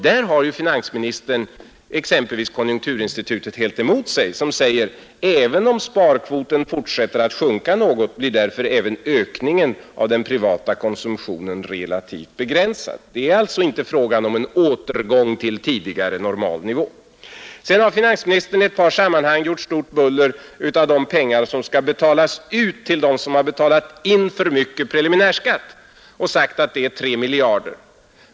Där har finansministern exempelvis konjunkturinstitutet helt emot sig, som säger att även om sparkvoten fortsätter att sjunka något så blir ökningen av den privata konsumtionen relativt begränsad. Det är alltså inte fråga om en återgång till tidigare normal nivå. Vidare har finansministern i ett par sammanhang gjort stort buller av de pengar som skall betalas ut till dem som har erlagt för mycket preliminärskatt. Beloppet uppges vara tre miljarder.